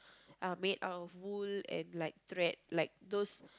uh made up of wool and like thread like those